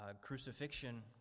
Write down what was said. crucifixion